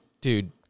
Dude